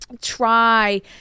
Try